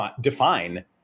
define